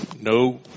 no